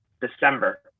December